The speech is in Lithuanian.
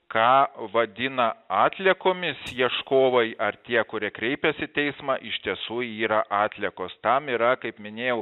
ką vadina atliekomis ieškovai ar tie kurie kreipiasi į teismą iš tiesų yra atliekos tam yra kaip minėjau